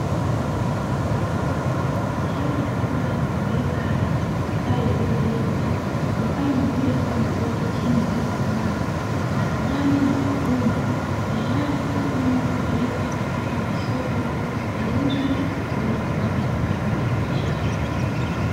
Shamba kubwa la kupendeza lenye mapapai yaliyolimwa, mapapai mawili yakiwa yameanguka chini yaliyokomaa la kijani na jekundu tayari kuvunwa na kupelekwa katika masoko yauzwe na kuweza kupata kipato cha biashara.